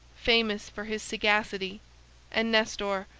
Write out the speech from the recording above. famous for his sagacity and nestor,